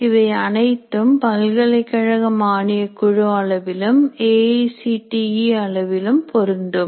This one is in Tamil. இவை அனைத்தும் பல்கலைக்கழக மானியக்குழு அளவிலும் A I C T E அளவிலும் பொருந்தும்